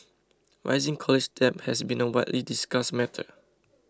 rising college debt has been a widely discussed matter